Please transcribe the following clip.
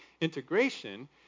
integration